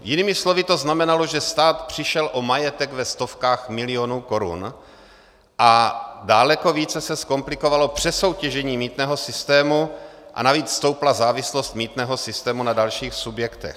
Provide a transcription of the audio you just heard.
Jinými slovy to znamenalo, že stát přišel o majetek ve stovkách milionů korun a daleko více se zkomplikovalo přesoutěžení mýtného systému a navíc stoupla závislost mýtného sytému na dalších subjektech.